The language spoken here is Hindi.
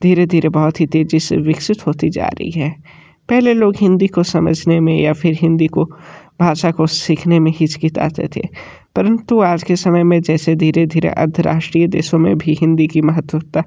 धीरे धीरे बहुत ही तेज़ी से विकसित होती जा रही है पहले लोग हिंदी को समझने में या फिर हिंदी को भाषा को सीखने में हिचकिचाते थे परंतु आज के समय में जैसे धीरे धीरे अंतर्राष्ट्रीय देशों में भी हिंदी की महत्वता